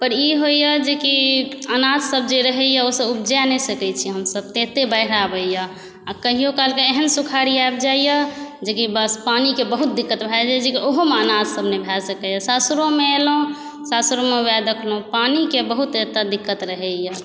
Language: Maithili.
पर ई होइया जेकि अनाज सभ जे रहैया ओ से उपजा नहि सकै छी हमसभ ततेक बाढ़ि आबैया आ कहिओ कालकऽ एहन सुखाड़ी आबि जाइया जेकि बस पानिके बहुत दिक्कत भऽ जाइ छै जेकि ओहोमे अनाज सब नहि भए सकैया सासुरोमे एलहुँ सासुरमे वएह देखलहुँ पानिकेँ एतऽ बहुत दिक्कत रहैया